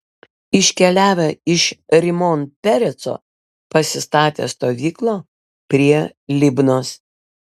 iškeliavę iš rimon pereco pasistatė stovyklą prie libnos